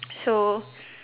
so